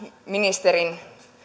ministerin